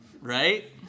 right